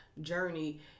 journey